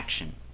action